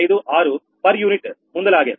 556 per unit ముందులాగే